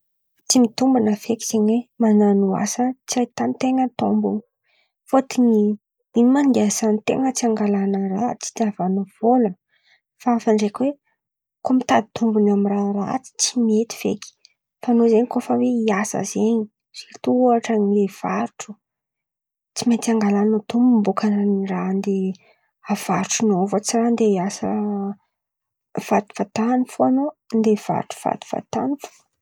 Tsy mitombina feky zen̈y hoe man̈ano asa tsy ahitan-ten̈a tômbony, fôtony ino ma andeha isanten̈a; tsy angalàn̈a raha tsy tiavan̈a vôla fa hafa ndraiky hoe: koa mitady tombony amin̈'ny raha ratsy tsy mety feky. Fa an̈ô zen̈y koa fa hiasa zen̈y sirto ôhatra mivarotro tsy maintsy angalan̈a tombiny bôka raha andeha avarotronô fa tsy raha andeha hiasa fatifatany fôn̈a andeha hivarotro fatifatany.